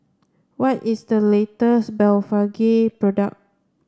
what is the latest Blephagel product